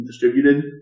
distributed